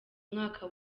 umwaka